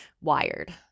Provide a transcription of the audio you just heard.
wired